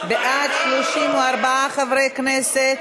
בעד, 34 חברי כנסת.